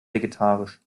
vegetarisch